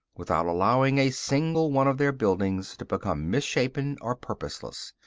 without allowing a single one of their buildings to become mis-shapen or purposeless,